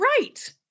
right